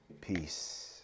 peace